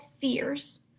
fears